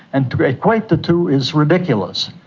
and to but equate the two is ridiculous.